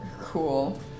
cool